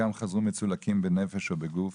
חלקם חזרו מצולקים בנפש ובגוף,